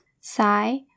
Sai